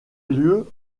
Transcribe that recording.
lieu